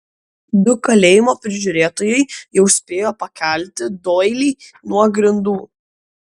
du kalėjimo prižiūrėtojai jau spėjo pakelti doilį nuo grindų